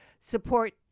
support